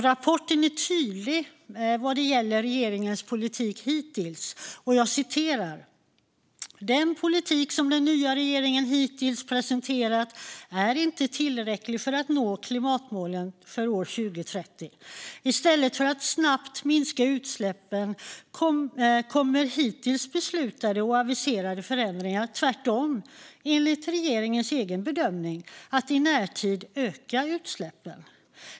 Rapporten är tydlig vad gäller regeringens politik hittills: "Den politik som den nya regeringen hittills presenterat är inte tillräcklig för att nå klimatmålen för år 2030. I stället för att snabbt minska utsläppen kommer hittills beslutade och aviserade förändringar tvärtom, också enligt regeringens egen bedömning, att i närtid öka utsläppen.